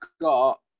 got